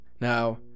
now